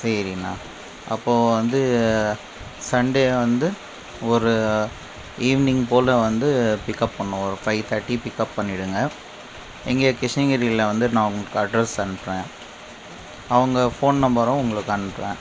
சரிண்ணா அப்போது வந்து சண்டே வந்து ஒரு ஈவினிங் போல வந்து பிக்கப் பண்ணணும் ஒரு ஃபைவ் தேர்ட்டி பிக்கப் பண்ணிவிடுங்க இங்கே கிருஷ்ணகிரியில் வந்து நான் உங்களுக்கு அட்ரெஸ் அனுப்புகிறேன் அவங்க ஃபோன் நம்பரும் உங்களுக்ககு அனுப்புகிறேன்